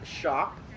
shop